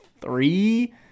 three